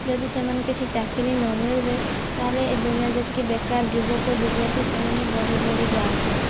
ଯଦି ସେମାନେ କିଛି ଚାକିରୀ ନମିଳିବେ ତାହେଲେ ଏ ଦୁନିଆଁରେ ଯେତିକି ବେକାର ଯୁବକ ଯୁବତୀ ସେମାନେ ବଢ଼ି ବଢ଼ି ଯାଆନ୍ତି